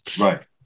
Right